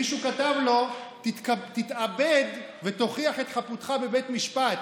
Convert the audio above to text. מישהו כתב לו: תתאבד ותוכיח את חפותך בבית משפט.